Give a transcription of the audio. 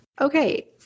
Okay